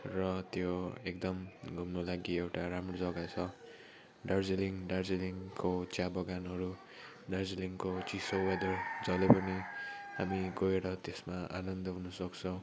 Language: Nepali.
र त्यो एकदम घुम्नु लागि एउटा राम्रो जग्गा छ दार्जिलिङ दार्जिलिङको चिया बगानहरू दार्जिलिङको चिसो वेदर जहिले पनि हामी गएर त्यसमा आनन्द हुनु सक्छ